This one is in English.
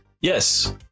Yes